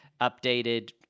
updated